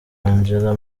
angela